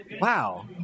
wow